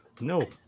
No